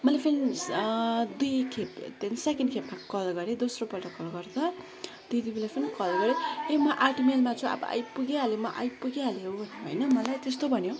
मैले फेरि दुईखेप सेकेन्ड खेपमा कल गरेँ दोस्रोपल्ट कल गर्दा त्यति बेलासम्म कल गरेँ ए म आठ माइलमा छु अब आइपुगिहाले म आइपुगिहाले होइन मलाई त्यस्तो भन्यो